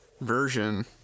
version